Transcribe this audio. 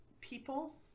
People